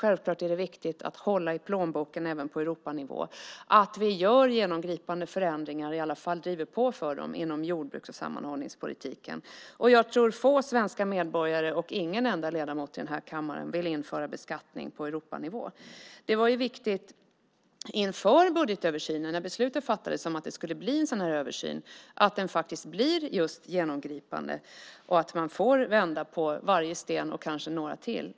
Självklart är det viktigt att hålla i plånboken även på Europanivå och att vi gör genomgripande förändringar - i alla fall driver på för sådana - inom jordbruks och sammanhållningspolitiken. Jag tror att få svenska medborgare och ingen enda ledamot i denna kammare vill införa beskattning på Europanivå. Inför budgetöversynen när beslut fattades om att det skulle bli en sådan här översyn var det viktigt dels att den blev genomgripande, dels att vända på varje sten och kanske mer än så.